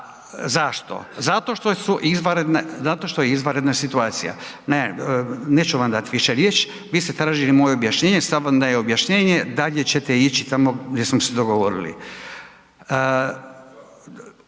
A zašto? Zato što je izvanredna situacija. Ne, neću vam dati više riječ, vi ste tražili moje objašnjenje, sad vam dajem objašnjenje, dalje ćete ići tamo gdje smo se dogovorili.